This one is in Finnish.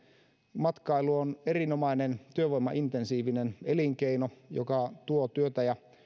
matkailu on erinomainen työvoimaintensiivinen elinkeino joka tuo työtä ja